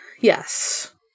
Yes